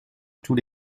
tous